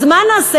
אז מה נעשה?